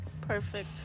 Perfect